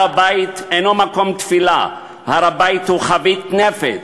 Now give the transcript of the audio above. הר-הבית אינו מקום תפילה, הר-הבית הוא חבית נפץ.